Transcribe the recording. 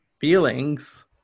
feelings